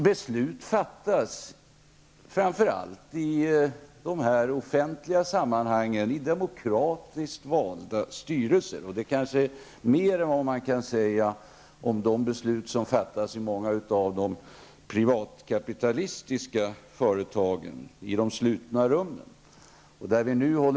Beslut fattas i demokratiskt valda styrelser, vilket man knappast kan säga när det gäller många privatkapitalistiska företag där besluten fattas i slutna rum.